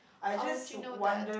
how would you know that